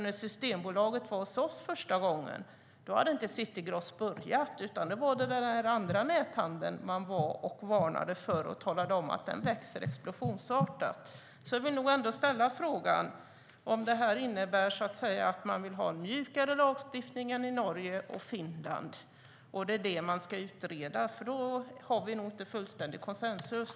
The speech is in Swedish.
När Systembolaget var hos oss första gången hade inte City Gross börjat. Då var det den andra näthandeln man varnade för, och man talade om att den växer explosionsartat. Jag vill ställa frågan om det innebär att man vill ha en mjukare lagstiftning än i Norge och i Finland och att det är vad man ska utreda. Då har vi nog inte fullständig konsensus.